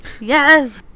yes